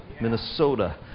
Minnesota